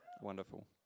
Wonderful